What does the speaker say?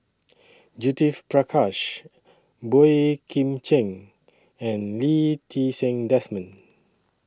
Judith Prakash Boey Kim Cheng and Lee Ti Seng Desmond